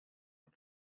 one